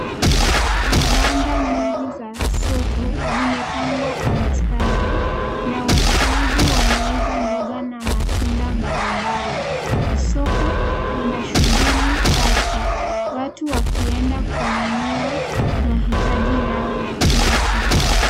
Vibanda nyingi za soko zimepangwa kwa mistari na wachuuzi wanauza mboga na matunda mbalimbali. Soko lina shughuli chache, watu wakienda kununua mahitaji yao ya kila siku.